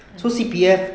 mm